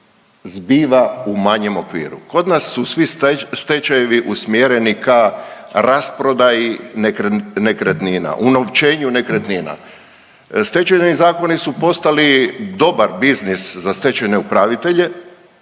zbiva u manjem okviru. Kod nas su svi stečajevi usmjereni ka rasprodaji nekretnina, unovčenju nekretnina. Stečajni zakoni su postali dobar biznis za stečajne upravitelje